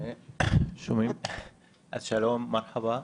שלום, מרחבא,